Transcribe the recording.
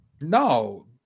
No